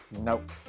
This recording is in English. Nope